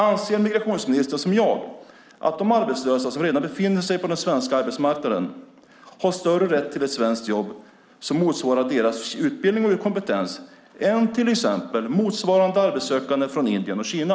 Anser migrationsministern, som jag, att de arbetslösa som redan befinner sig som arbetssökande på den svenska arbetsmarknaden har större rätt till ett svenskt jobb som motsvarar deras utbildning och kompetens än till exempel motsvarande arbetssökande från Indien och Kina?